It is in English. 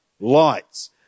lights